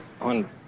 on